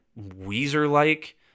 Weezer-like